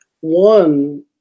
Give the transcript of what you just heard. one